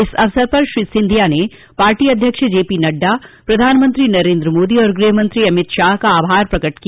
इस अवसर पर श्री सिंधिया ने पार्टी अध्यक्ष जेपी नड्डा प्रधानमंत्री नरेन्द्र मोदी और गृहमंत्री अमित शाह का आभार प्रकट किया